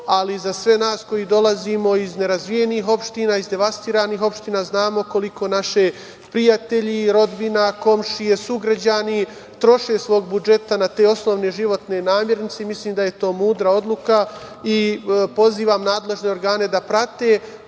ali za sve nas koji dolazimo iz nerazvijenih opština, iz devastiranih opština znamo koliko naši prijatelji, rodbina, komšije, sugrađani troše svog budžeta na te osnovne životne namirnice. Mislim da je to mudra odluka i pozivam nadležne organe da prate